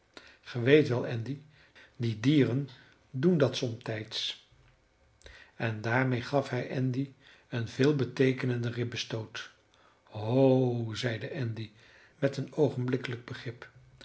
ge weet wel andy die dieren doen dat somtijds en daarmede gaf hij andy een veelbeteekenenden ribbestoot ho zeide andy met oogenblikkelijk begrip